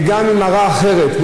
וגם אם היא מראה אחרת,